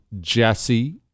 Jesse